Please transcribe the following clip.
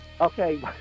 Okay